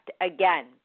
again